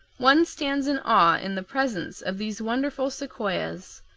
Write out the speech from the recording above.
one stands in awe in the presence of these wonderful sequoias,